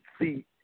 see